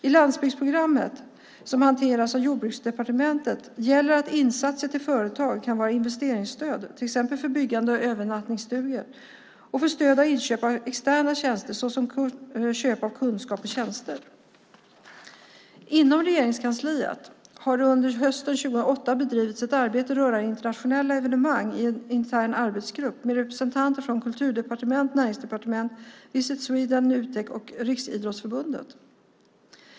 I landsbygdsprogrammet som hanteras av Jordbruksdepartementet kan insatser till företag vara investeringsstöd, till exempel för byggande av övernattningsstugor, och stöd till inköp av extern kunskap och tjänster. Inom Regeringskansliet har det under hösten 2008 bedrivits ett arbete rörande internationella evenemang i en intern arbetsgrupp med representanter från Kulturdepartementet, Näringsdepartementet, Visit Sweden, Nutek och Riksidrottsförbundet.